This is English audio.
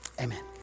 amen